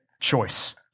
choice